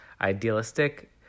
idealistic